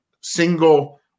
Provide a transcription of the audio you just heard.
single